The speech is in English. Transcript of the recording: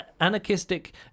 anarchistic